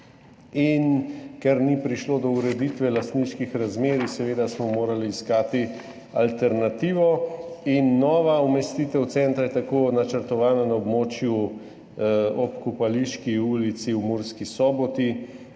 ker ni prišlo do ureditve lastniških razmerij, smo seveda morali iskati alternativo – nova umestitev centra je tako načrtovana na območju ob Kopališki ulici v Murski Soboti,